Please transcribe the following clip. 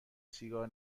سیگار